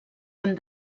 han